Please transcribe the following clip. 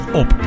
op